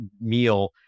meal